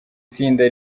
tsinda